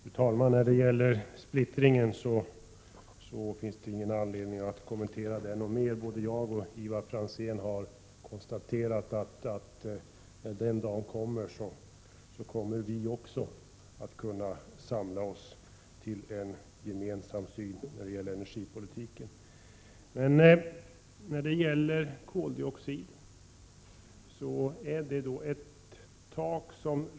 Fru talman! Det finns inte någon anledning att ytterligare kommentera splittringen inom borgerligheten. Både jag och Ivar Franzén har ju konstaterat att även vi inom borgerligheten kommer att ha en gemensam syn på energipolitiken den dagen en borgerlig regering är ett faktum.